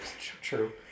True